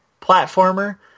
platformer